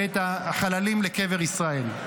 ואת החללים לקבר ישראל.